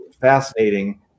fascinating